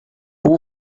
não